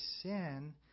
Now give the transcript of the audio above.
sin